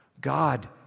God